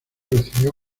recibió